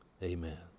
Amen